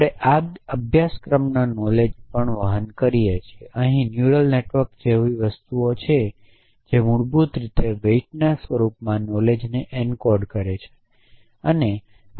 આપણે આ અભ્યાસક્રમનું નોલેજ પણ વહન કરીએ છીએ અહી ન્યુરલ નેટવર્ક જેવી વસ્તુઓ છે જે મૂળભૂત રીતે વેઇટના સ્વરૂપમાં નોલેજને એન્કોડ કરે છે